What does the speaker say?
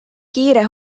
kiire